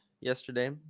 yesterday